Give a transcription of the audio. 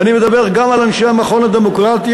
ואני מדבר גם על אנשי המכון הישראלי לדמוקרטיה,